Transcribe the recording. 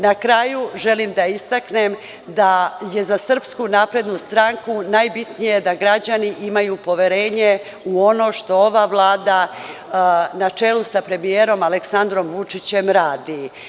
Na kraju želim da istaknem da je za Srpsku naprednu stranku najbitnije da građani imaju poverenje u ono što ova Vlada na čelu sa premijerom Aleksandrom Vučićem radi.